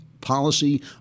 policy